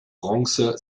bronze